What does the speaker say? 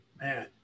Man